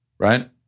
right